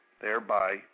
thereby